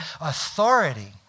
Authority